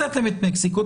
הוצאתם את מקסיקו?